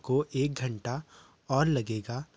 को एक घंटा और लगेगा